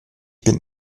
bin